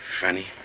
Funny